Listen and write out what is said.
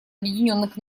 объединенных